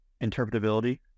interpretability